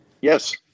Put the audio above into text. Yes